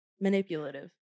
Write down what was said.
Manipulative